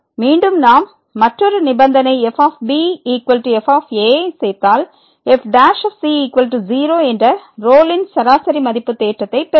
மீண்டும் நாம் மற்றொரு நிபந்தனை f b f யை சேர்த்தால் fc0 என்ற ரோலின் சராசரி மதிப்பு தேற்றத்தை பெறுவோம்